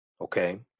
Okay